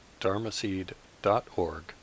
dharmaseed.org